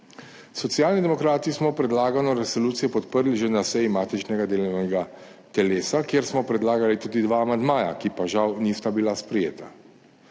Socialni demokrati smo predlagano resolucijo podprli že na seji matičnega delovnega telesa, kjer smo predlagali tudi dva amandmaja, ki pa žal nista bila sprejeta.